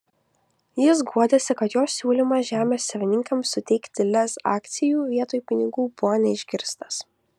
jis guodėsi kad jo siūlymas žemės savininkams suteikti lez akcijų vietoj pinigų buvo neišgirstas